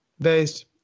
based